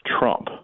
Trump